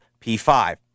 P5